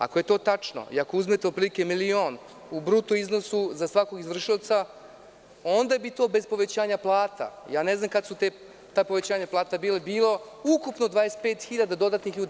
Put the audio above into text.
Ako je to tačno i ako uzmete otprilike milion u bruto iznosu za svakog izvršioca, onda bi to bez povećanja plata, ne znam kada su ta povećanja plata bila, bilo ukupno 25.000 dodatnih ljudi.